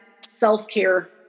self-care